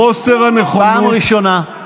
פעם ראשונה.